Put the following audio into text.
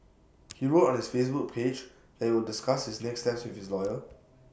he wrote on his Facebook page that he will discuss his next steps with his lawyer